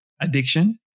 addiction